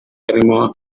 arimo